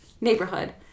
neighborhood